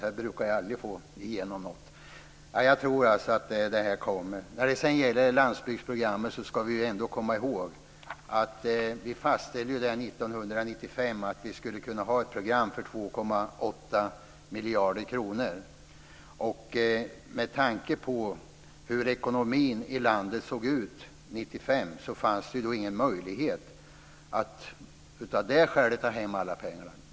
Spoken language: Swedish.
Här brukar jag aldrig få igenom något. När det gäller landsbygdsprogrammet ska vi ändå komma ihåg att vi 1995 fastställde att vi skulle kunna ha ett program för 2,8 miljarder kronor. Så som ekonomin såg ut i landet 1995 fanns det ingen möjlighet att ta hem alla pengarna.